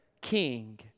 king